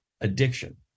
addiction